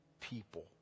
people